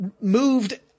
moved